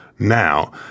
Now